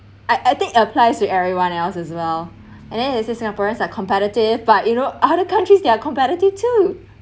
I I think applies to everyone else as well and then it says singaporeans are competitive but you know other countries they are competitive too